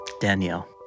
Danielle